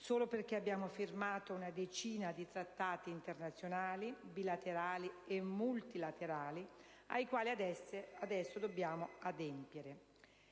solo perché abbiamo firmato una decina di trattati internazionali, bilaterali e multilaterali, ai quali adesso dobbiamo adempiere.